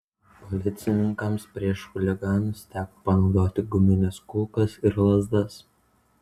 policininkams prieš chuliganus teko panaudoti gumines kulkas ir lazdas